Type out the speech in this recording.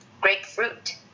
grapefruit